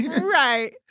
Right